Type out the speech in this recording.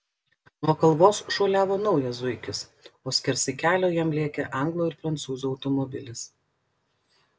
nuo kalvos šuoliavo naujas zuikis o skersai kelio jam lėkė anglo ir prancūzo automobilis